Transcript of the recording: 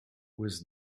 with